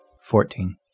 Fourteen